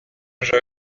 jeu